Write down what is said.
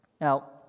Now